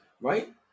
Right